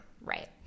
Right